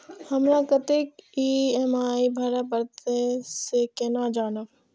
हमरा कतेक ई.एम.आई भरें परतें से केना जानब?